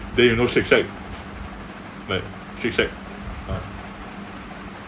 then you know shake shack like shake shack uh